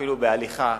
אפילו בהליכה,